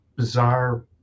bizarre